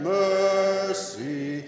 mercy